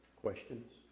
Questions